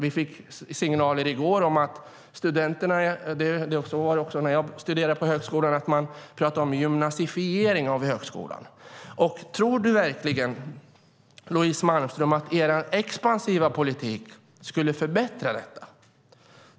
Vi fick i går signaler om att man talar om en gymnasifiering av högskolan, och så var det också när jag studerade på högskolan. Tror du verkligen, Louise Malmström, att er expansiva politik skulle förbättra detta?